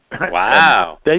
Wow